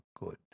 good